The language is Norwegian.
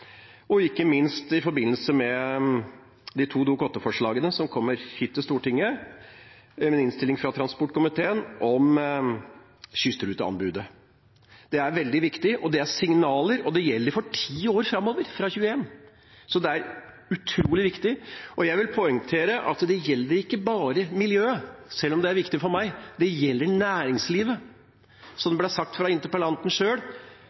ikke minst i forbindelse med de to Dokument 8-forslagene som kommer hit til Stortinget i form av innstilling fra transportkomiteen, om kystruteanbudet. Det er veldig viktig, det er signaler, og det gjelder for ti år framover fra 2021. Så det er utrolig viktig, og jeg vil poengtere at det gjelder ikke bare miljøet, selv om det er viktig for meg. Det gjelder næringslivet, som